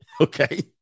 Okay